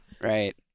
right